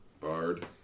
Bard